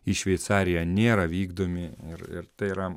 į šveicariją nėra vykdomi ir ir tai yra